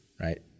right